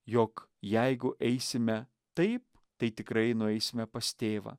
jog jeigu eisime taip tai tikrai nueisime pas tėvą